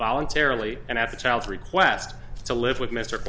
voluntarily and at the child's request to live with mister